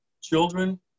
children